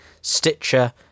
Stitcher